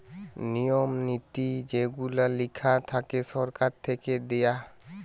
নিয়ম নীতি যেগুলা লেখা থাকে সরকার থেকে দিয়ে